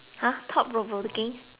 looking